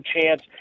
chance